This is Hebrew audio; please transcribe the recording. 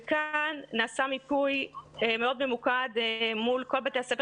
וכאן נעשה מיפוי מאוד ממוקד מול כל בתי הספר